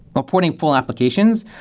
reporting full applications,